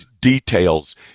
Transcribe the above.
details